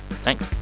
thanks